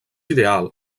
ideal